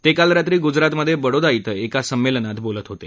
ते काल रात्री गुजरातमधे बडोदा शिं एका संमेलनात बोलत होते